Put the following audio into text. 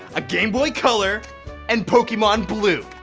a game boy color and pokemon blue.